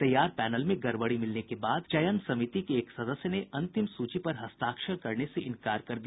तैयार पैनल में गड़बड़ी मिलने के बाद चयन समिति के एक सदस्य ने अंतिम सूची पर हस्ताक्षर करने से इंकार कर दिया